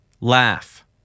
laugh